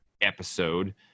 episode